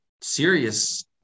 serious